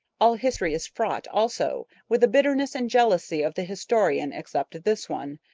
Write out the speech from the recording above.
all history is fraught also with the bitterness and jealousy of the historian except this one.